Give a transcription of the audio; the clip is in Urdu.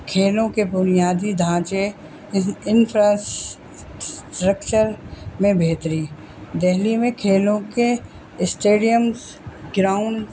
کھیلوں کے بنیادی ڈھانچے انفراسٹرکچر میں بہتری دہلی میں کھیلوں کے اسٹیڈیمس گراؤنڈ